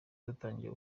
dutangira